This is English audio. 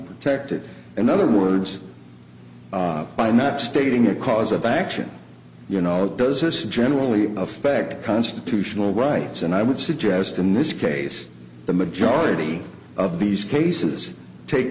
protected in other words by not stating a cause of action you know does this generally affect constitutional rights and i would suggest in this case the majority of these cases take